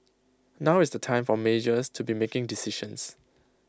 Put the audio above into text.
now is the time for majors to be making decisions